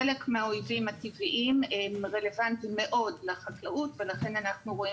חלק מהאויבים הטבעיים הם רלוונטיים מאוד לחקלאות ולכן אנחנו רואים